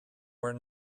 were